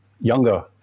younger